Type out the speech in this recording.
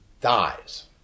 dies